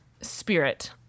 spirit